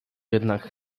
jednak